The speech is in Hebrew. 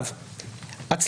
בנגלדש.